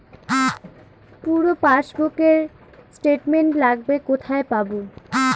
পুরো পাসবুকের স্টেটমেন্ট লাগবে কোথায় পাব?